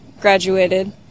graduated